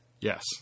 Yes